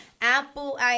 Apple